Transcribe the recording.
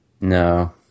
No